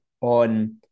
on